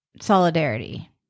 solidarity